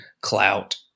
clout